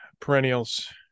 perennials